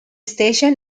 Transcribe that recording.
station